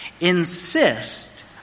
Insist